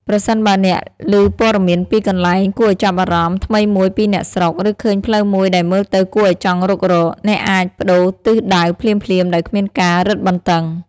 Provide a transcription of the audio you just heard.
ប្រសិនបើអ្នកលឺព័ត៌មានពីកន្លែងគួរឱ្យចាប់អារម្មណ៍ថ្មីមួយពីអ្នកស្រុក ឬឃើញផ្លូវមួយដែលមើលទៅគួរឱ្យចង់រុករក អ្នកអាចប្តូរទិសដៅភ្លាមៗដោយគ្មានការរឹតបន្តឹង។